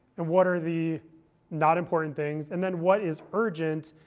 and what are the not important things? and then, what is urgent,